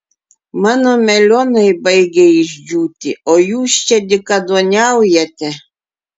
mano melionai baigia išdžiūti o jūs čia dykaduoniaujate